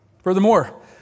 Furthermore